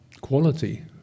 quality